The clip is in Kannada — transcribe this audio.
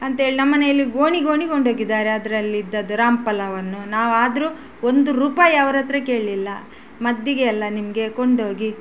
ಅಂಥೇಳಿ ನಮ್ಮನೇಲಿ ಗೋಣಿ ಗೋಣಿ ಕೊಂಡೋಗಿದ್ದಾರೆ ಅದರಲಿದ್ದದ್ದು ರಾಮ ಫಲವನ್ನು ನಾವು ಆದರೂ ಒಂದು ರೂಪಾಯಿ ಅವ್ರ ಹತ್ರ ಕೇಳಲಿಲ್ಲ ಮದ್ದಿಗೆ ಅಲ್ಲ ನಿಮಗೆ ಕೊಂಡೋಗಿ